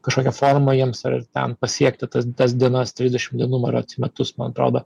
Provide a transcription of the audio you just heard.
kažkokia forma jiems ar ten pasiekti tas tas dienas trisdešim dienų ar metus man atrodo